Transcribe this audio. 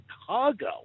Chicago